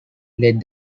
led